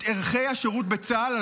את ערכי השירות בצה"ל,